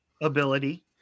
ability